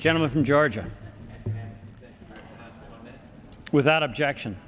general from georgia without objection